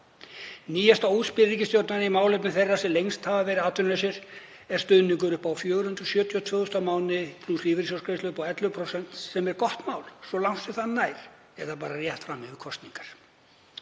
Nýjasta útspil ríkisstjórnarinnar í málefnum þeirra sem lengst hafa verið atvinnulausir er stuðningur upp á 472.000 kr. á mánuði plús lífeyrissjóðsgreiðsla upp á 11%, sem er gott mál svo langt sem það nær, eða bara rétt fram yfir kosningar.